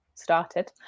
started